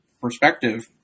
perspective